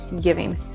giving